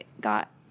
got